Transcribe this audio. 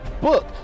book